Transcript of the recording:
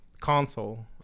console